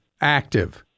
Active